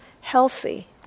healthy